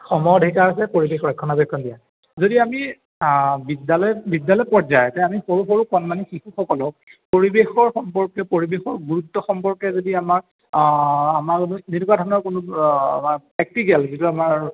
সম অধিকাৰ আছে পৰিৱেশ ৰক্ষণাবেক্ষণ দিয়া যদি আমি বিদ্যালয়ত বিদ্যালয় পৰ্যায় যে আমি সৰু সৰু কণমানি শিশুসকলক পৰিৱেশৰ সম্পৰ্কে পৰিৱেশৰ গুৰুত্ব সম্পৰ্কে যদি আমাক আমাৰ যেনেকুৱা ধৰণৰ কোনো আমাৰ প্ৰেক্টিকেল যিটো আমাৰ